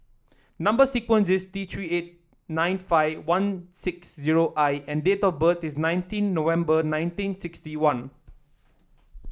number sequence is T Three eight nine five one six zero I and date of birth is nineteen November nineteen sixty one